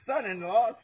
son-in-law